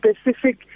specific